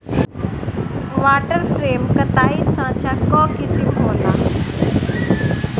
water frame कताई साँचा कअ किसिम होला